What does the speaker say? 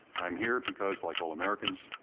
i'm here because like all americans,